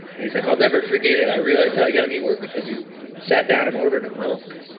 he's like, i'll never forget it, i realized how young you were because you sat down and ordered a milk.